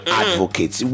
advocates